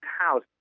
house